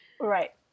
Right